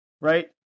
Right